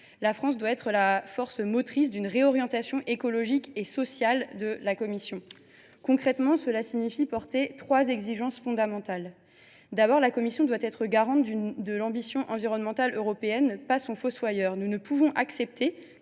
La France doit être la force motrice d’une réorientation écologique et sociale de la Commission. Concrètement, cela signifie qu’il faut porter trois exigences fondamentales. Premièrement, la Commission doit être la garante de l’ambition environnementale européenne et non pas son fossoyeur. Nous ne pouvons accepter